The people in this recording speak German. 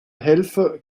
helfer